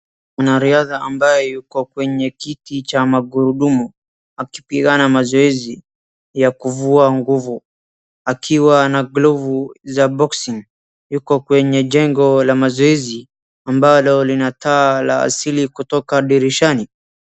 Mwanariadha ambaye yuko kwenye kiti cha magurudumu akipigana mazoezi ya kuvua nguvu akiwa na glovu za boxing . Yuko kwenye jengo la mazoezi ambalo lina taa la asili kutoka dirishani.